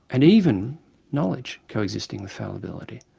and even knowledge coexisting with fallibility.